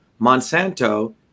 Monsanto